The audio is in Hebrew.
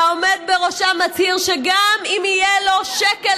שהעומד בראשה מצהיר שגם אם יהיה לו שקל